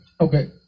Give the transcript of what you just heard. okay